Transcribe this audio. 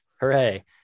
Hooray